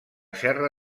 serra